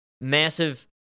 massive